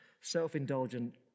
Self-indulgent